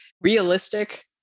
realistic